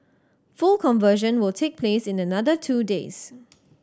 full conversion will take place in another two days